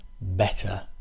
better